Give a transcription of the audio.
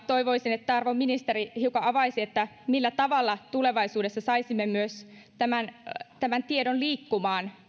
toivoisin että arvon ministeri hiukan avaisi millä tavalla tulevaisuudessa saisimme myös tämän tämän tiedon liikkumaan